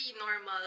normal